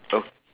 oh